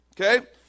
okay